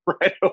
right